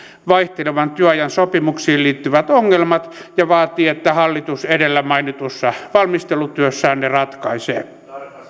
vaihtelevan työajan sopimuksiin liittyvät ongelmat ja vaatii että hallitus edellä mainitussa valmistelutyössään ne ratkaisee